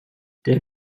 der